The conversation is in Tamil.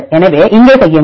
எனவே இங்கே செய்யுங்கள்